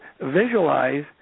visualize